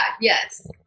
Yes